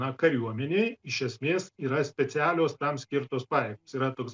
na kariuomenėj iš esmės yra specialios tam skirtos pajėgos yra toks